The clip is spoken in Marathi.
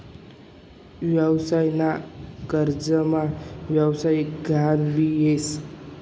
व्यवसाय ना कर्जमा व्यवसायिक गहान भी येस